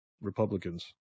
Republicans